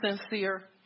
sincere